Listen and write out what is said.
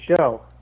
show